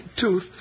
tooth